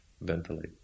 ventilate